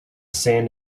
sand